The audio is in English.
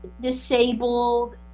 disabled